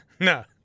No